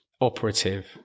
operative